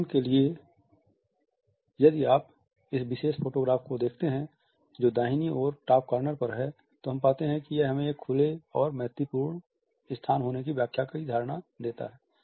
उदाहरण के लिए यदि आप इस विशेष फ़ोटोग्राफ़ को देखते हैं जो दाहिनी ओर टॉप कार्नर पर है तो हम पाते हैं कि यह हमें एक खुले और मैत्रीपूर्ण स्थान होने की व्याख्या या धारणा देता है